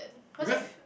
because